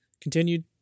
continued